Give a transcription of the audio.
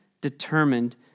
determined